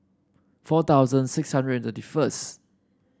four thousand six hundred and thirty first